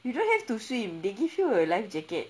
you don't have to swim they give you a life jacket